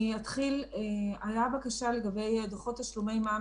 הייתה בקשה לגבי דוחות תשלומי מע"מ